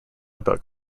about